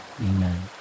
Amen